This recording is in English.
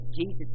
Jesus